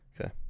okay